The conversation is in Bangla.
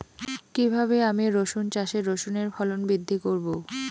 কীভাবে আমি রসুন চাষে রসুনের ফলন বৃদ্ধি করব?